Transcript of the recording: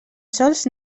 sols